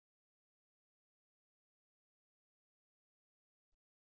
కాబట్టి ఈ విలువ 1 j b అవుతుంది ఇక్కడ b అనేది సంబంధిత ఇమాజినరీ పార్ట్ అవుతుంది